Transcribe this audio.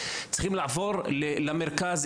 הם צריכים לעבור למרכז.